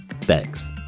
Thanks